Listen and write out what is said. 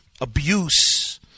abuse